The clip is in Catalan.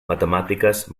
matemàtiques